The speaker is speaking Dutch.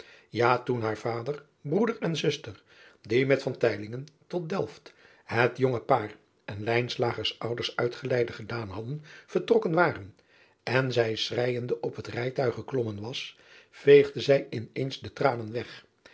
a toen haar vader broeder en zuster die met tot elft het jonge paar en ouders uitgeleide gedaan hadden vertrokken waren en zij schreijende op het rijtuig geklommen was veegde zij in eens de tranen weg